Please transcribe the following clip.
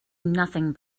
nothing